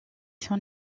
son